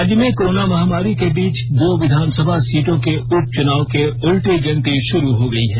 राज्य में कोरोना महामारी के बीच दो विधानसभा सीटों के उपचुनाव के उलटी गिनती शुरू हो गई है